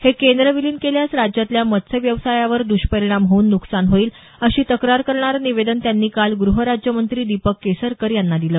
हे केंद्र विलीन केल्यास राज्यातल्या मत्स्य व्यवसायावर दुष्परिणाम होऊन नुकसान होईल अशी तक्रार करणारं निवेदन त्यांनी काल ग्रहराज्य मंत्री दीपक केसरकर यांना दिलं